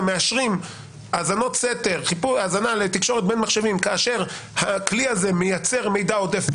הם מאשרים האזנה לתקשורת בין מחשבים כאשר הכלי הזה מייצר מידע עודף,